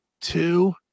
two